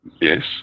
Yes